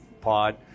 pod